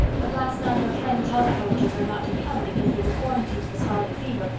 but last night her friend telephoned to her not to come because they were quarantined for scarlet fever.